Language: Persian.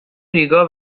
ریگا